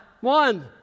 One